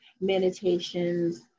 meditations